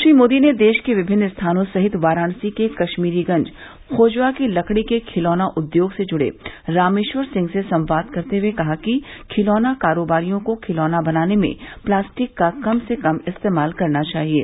श्री मोदी ने देश के विभिन्न स्थानों सहित वाराणसी के कश्मीरीगंज खोजवा के लकड़ी के खिलौना उद्योग से जुड़े रामेश्वर सिंह से संवाद करते हुए कहा कि खिलौना कारोबारियों को खिलौने बनाने में प्लास्टिक का कम से कम इस्तेमाल करना चाहिये